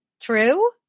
true